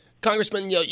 Congressman